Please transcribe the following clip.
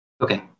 Okay